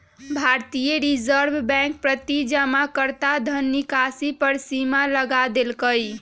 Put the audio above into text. भारतीय reserve bank प्रति जमाकर्ता धन निकासी पर सीमा लगा देलकइ